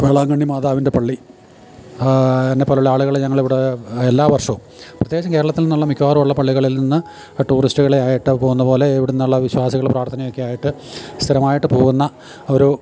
വേളാങ്കണ്ണി മാതാവിൻ്റെ പള്ളി എന്നെപ്പോലുള്ള ആളുകള് ഞങ്ങളിവിടെ എല്ലാ വർഷവും പ്രത്യേകിച്ചും കേരളത്തിൽ നിന്നുള്ള മിക്കവാറുമുള്ള പള്ളികളിൽ നിന്ന് ടൂറിസ്റ്റുകളായിട്ട് പോകുന്ന പോലെ ഇവിടെനിന്നുള്ള വിശ്വാസികൾ പ്രാർത്ഥനയൊക്കെ ആയിട്ട് സ്ഥിരമായിട്ട് പോകുന്ന ഒരു